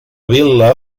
vil·la